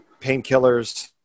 painkillers